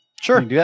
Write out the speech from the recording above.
Sure